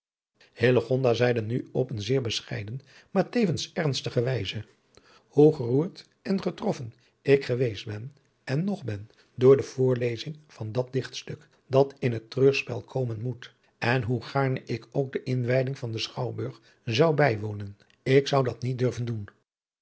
zeide nu op een zeer bescheiden maar tevens ernstige wijze hoe geroerd en getroffen ik geweest ben en nog ben door de voorlezing van dat dichtstuk dat in het treurspel komen moet en hoe gaarne ik ook de inadriaan loosjes pzn het leven van hillegonda buisman wijding van den schouwburg zou bijwonen ik zou dat niet durven doen